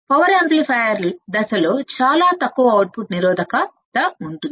power amplifier దశలో చాలా తక్కువ అవుట్పుట్ రెసిస్టెన్స్ ఉంది